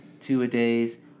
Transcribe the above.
two-a-days